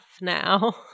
now